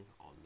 on